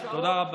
תודה רבה.